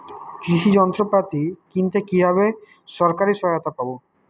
কৃষি যন্ত্রপাতি কিনতে কিভাবে সরকারী সহায়তা পাব?